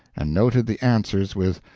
and noted the answers with